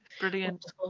brilliant